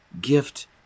Gift